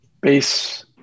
base